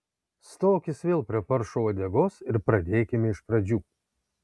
stokis vėl prie paršo uodegos ir pradėkime iš pradžių